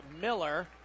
Miller